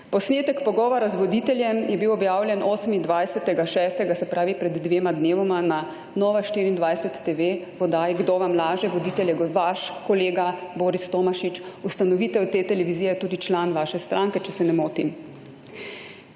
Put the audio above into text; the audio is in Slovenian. Posnetek pogovora z voditeljem je bil objavljen 28. 6., se pravi pred 2 dnevoma na Nova24TV v oddaji Kdo vam laže?, voditelj je vaš kolega Boris Tomašič, ustanovitelj te televizije, tudi član vaše stranke, če se ne motim.